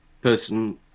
person